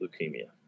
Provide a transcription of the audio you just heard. leukemia